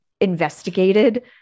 investigated